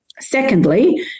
Secondly